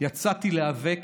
יצאתי להיאבק